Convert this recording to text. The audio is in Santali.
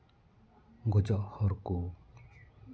ᱜᱚᱡᱚᱜ ᱦᱚᱨ ᱠᱚ